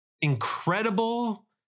incredible